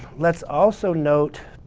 let's also note